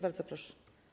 Bardzo proszę.